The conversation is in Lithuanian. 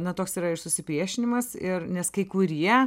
na toks yra ir susipriešinimas ir nes kai kurie